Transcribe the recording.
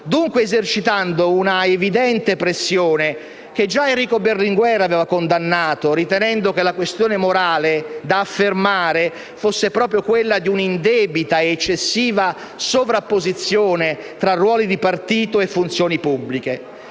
dunque, esercitando un'evidente pressione che già Enrico Berlinguer aveva condannato, ritenendo che la questione morale da affermare fosse proprio quella di un'indebita ed eccessiva sovrapposizione tra ruoli di partito e funzioni pubbliche.